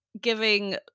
giving